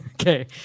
okay